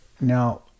Now